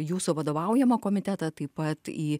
jūsų vadovaujamą komitetą taip pat į